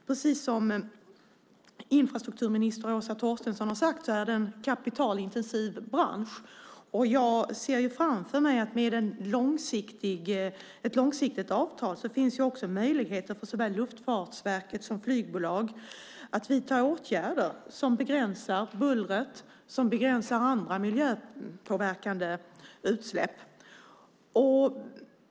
Precis som infrastrukturminister Åsa Torstensson har sagt är det en kapitalintensiv bransch, och jag ser framför mig att det med ett långsiktigt avtal finns möjligheter såväl för Luftfartsverket som för flygbolag att vidta åtgärder som begränsar bullret och begränsar andra miljöpåverkande utsläpp.